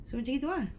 so macam gitu ah